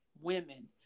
women